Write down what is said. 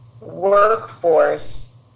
workforce